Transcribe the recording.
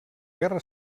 guerra